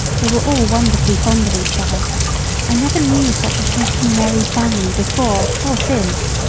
they were all wonderfully fond of each other i never knew such a happy, merry family before or since.